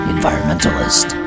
Environmentalist